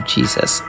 Jesus